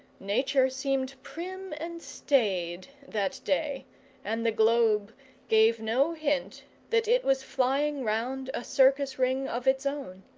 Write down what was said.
nature seemed prim and staid that day and the globe gave no hint that it was flying round a circus ring of its own.